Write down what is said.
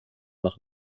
nach